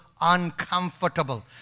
uncomfortable